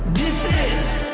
this is